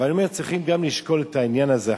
אבל אני אומר: צריכים לשקול גם את העניין הזה,